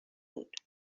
بود